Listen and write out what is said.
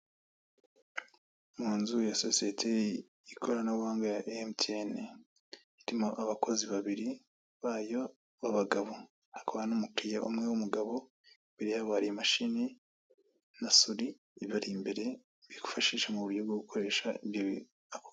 Mu nzu ya sosiyete y'ikoranabuhanga ya MTN irimo abakozi babiri bayo b'abagabo hakaba n'umukiriya umwe w'umugabo imbere ye hari imashini na soli iba imbere bifashisha mu buryo bwo gukoresha ibyo.